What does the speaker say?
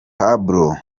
pablo